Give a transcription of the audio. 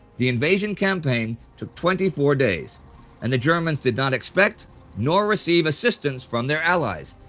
the invasion campaign took twenty four days and the germans did not expect nor receive assistance from their allies.